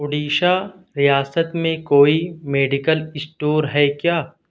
اڈیشہ ریاست میں کوئی میڈیکل اسٹور ہے کیا